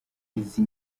izi